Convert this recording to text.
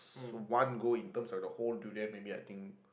one go in terms of like a whole durian maybe I think